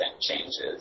changes